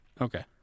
okay